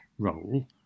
role